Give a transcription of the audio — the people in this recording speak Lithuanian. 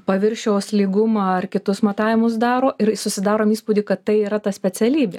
paviršiaus lygumą ar kitus matavimus daro ir susidaro įspūdį kad tai yra ta specialybė